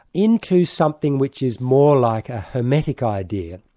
into something which is more like a hermetic idea,